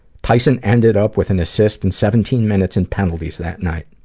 tyson ended up with an assist and seventeen minutes in penalties that night.